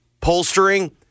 polstering